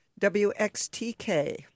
WXTK